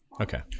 Okay